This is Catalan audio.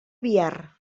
biar